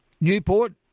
Newport